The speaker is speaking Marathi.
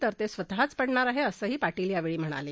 तर ते स्वतःच पडणार आहे असंही पाटील यावेळी म्हणाले